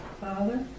Father